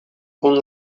kun